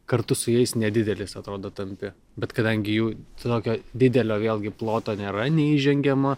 kartu su jais nedidelis atrodo tampi bet kadangi jų tokio didelio vėlgi ploto nėra neįžengiamo